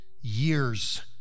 years